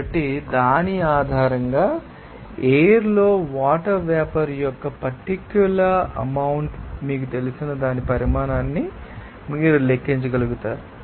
కాబట్టి దాని ఆధారంగా ఎయిర్ లో వాటర్ వేపర్ యొక్క పర్టిక్యూలర్ అమౌంట్ మీకు తెలిసిన దాని పరిమాణాన్ని మీరు లెక్కించగలుగుతారు